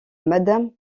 madame